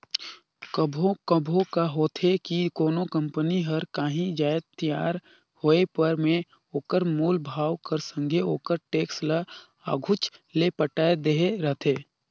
कभों कभों का होथे कि कोनो कंपनी हर कांही जाएत तियार होय पर में ओकर मूल भाव कर संघे ओकर टेक्स ल आघुच ले पटाए देहे रहथे